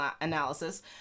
analysis